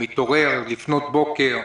הוא מתעורר לפנות בוקר,